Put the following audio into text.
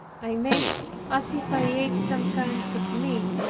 i made as if i ate some kinds of meat,